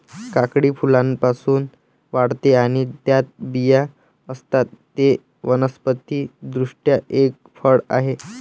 काकडी फुलांपासून वाढते आणि त्यात बिया असतात, ते वनस्पति दृष्ट्या एक फळ आहे